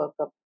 workup